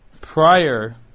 prior